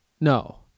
No